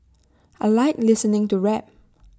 I Like listening to rap